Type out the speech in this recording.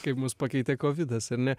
kaip mus pakeitė kovidas ar ne